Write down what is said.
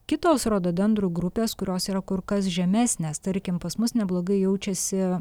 kitos rododendrų grupes kurios yra kur kas žemesnės tarkim pas mus neblogai jaučiasi